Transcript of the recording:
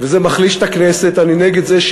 וזה מחליש את הכנסת, אני נגד זה.